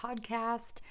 podcast